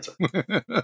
answer